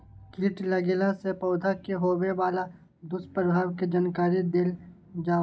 कीट लगेला से पौधा के होबे वाला दुष्प्रभाव के जानकारी देल जाऊ?